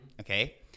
okay